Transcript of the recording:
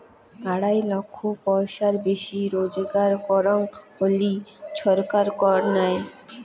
আড়াই লক্ষ পয়সার বেশি রুজগার করং হলি ছরকার কর নেই